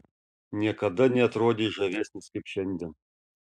niekada neatrodei žavesnis kaip šiandien